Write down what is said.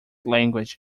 language